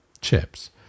chips